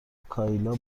کایلا